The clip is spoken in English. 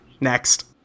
Next